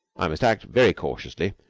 i must act very cautiously.